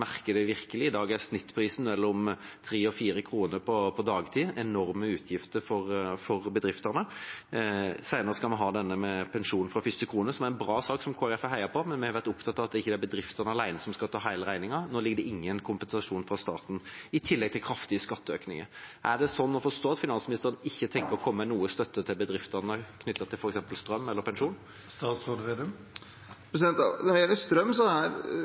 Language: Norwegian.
merker det. I dag er snittprisen mellom 3 og 4 kr på dagtid – enorme utgifter for bedriftene. Senere skal vi ha en sak om pensjon fra første krone, som er en bra sak som Kristelig Folkeparti har heiet på, men vi har vært opptatt av at det ikke skal være bedriftene alene som skal ta hele regningen. Nå ligger det ingen kompensasjon fra staten, i tillegg til kraftige skatteøkninger. Er det sånn å forstå at finansministeren ikke tenker å komme med noe støtte til bedriftene knyttet til f.eks. strøm eller pensjon? Når det gjelder strøm,